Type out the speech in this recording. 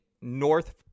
north